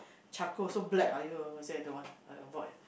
charcoal also black !aiyo! I said I don't want I avoid